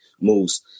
moves